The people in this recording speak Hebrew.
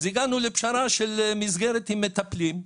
הגענו לפשרה של מסגרת עם מטפלים.